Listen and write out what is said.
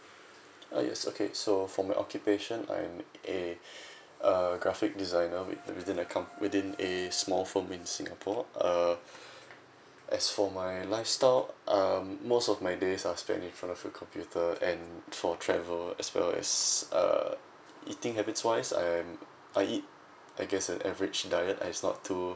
uh yes okay so for my occupation I'm a uh graphic designer with within a com~ within a small firm in singapore uh as for my lifestyle um most of my days are spent in front of a computer and for travel as well as uh eating habits wise I'm I eat I guess an average diet it's not too